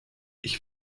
ich